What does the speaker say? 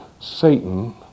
Satan